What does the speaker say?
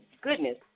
goodness